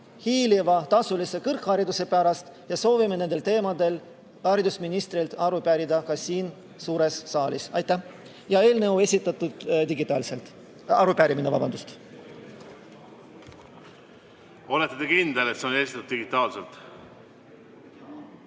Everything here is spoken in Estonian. hiiliva tasulise kõrghariduse pärast ja soovime nendel teemadel haridusministrilt aru pärida ka siin suures saalis. Aitäh! Arupärimine on esitatud digitaalselt. Kas olete kindel, et see on esitatud digitaalselt?